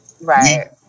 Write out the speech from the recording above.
Right